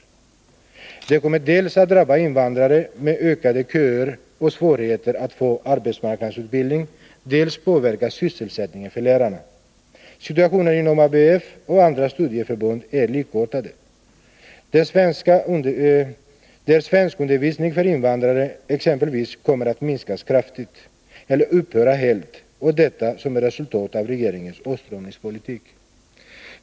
Detta kommer dels att drabba invandrare genom ökade köer och svårigheter att få arbetsmarknadsutbildning, dels påverka sysselsättningen för lärarna. Situationen är densamma inom ABF och andra studieförbund. Exempelvis kommer svenskundervisningen för invandrare att minskas kraftigt eller upphöra helt, detta som ett resultat av regeringens åtstramningspolitik.